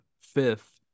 fifth